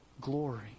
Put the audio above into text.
glory